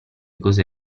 cose